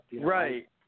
Right